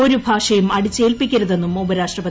ഒരു ഭാഷയും അടിച്ചേൽപ്പിക്കരുതെന്നും ഉപരാഷ്ട്രപതി